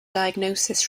diagnosis